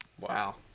Wow